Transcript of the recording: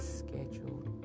scheduled